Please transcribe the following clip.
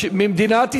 ממדינת ישראל,